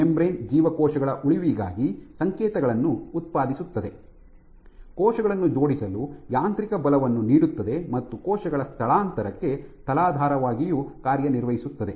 membrane ಜೀವಕೋಶಗಳ ಉಳಿವಿಗಾಗಿ ಸಂಕೇತಗಳನ್ನು ಉತ್ಪಾದಿಸುತ್ತದೆ ಕೋಶಗಳನ್ನು ಜೋಡಿಸಲು ಯಾಂತ್ರಿಕ ಬೆಂಬಲವನ್ನು ನೀಡುತ್ತದೆ ಮತ್ತು ಕೋಶಗಳ ಸ್ಥಳಾಂತರಕ್ಕೆ ತಲಾಧಾರವಾಗಿಯೂ ಕಾರ್ಯನಿರ್ವಹಿಸುತ್ತದೆ